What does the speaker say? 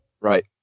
Right